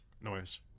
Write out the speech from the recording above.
noise